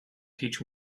teach